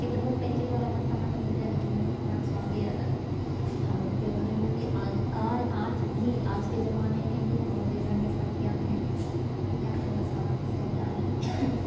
कितनो पैकेट वला मशाला मिल जाए लेकिन ई मशालाके स्वादे अलग है हमलोगके घरमे भी आज भी आजके जमानामे भी हमलोगके घरमे पटिया है पटिया पर मशाला पीसल जा है